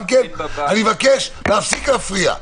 אני מבקש להפסיק להפריע.